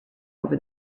over